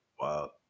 Wow